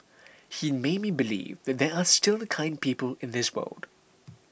he made me believe that there are still kind people in this world